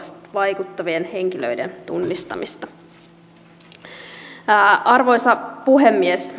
vaikuttavien henkilöiden tunnistamista arvoisa puhemies